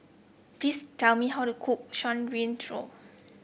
please tell me how to cook Shan Rui Tang